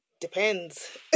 Depends